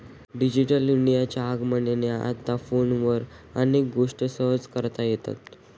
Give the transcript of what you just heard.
digital इंडियाच्या आगमनाने आता फोनवर अनेक गोष्टी सहज करता येतात